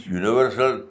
universal